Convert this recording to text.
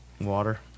Water